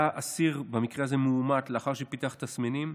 היה אסיר, במקרה הזה, מאומת, לאחר שפיתח תסמינים.